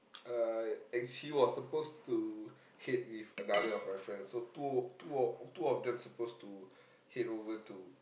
uh and she was supposed to head with another of my friend so two two of two of them suppose to head over to